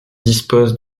dispose